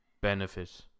benefit